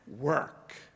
work